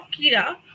Kira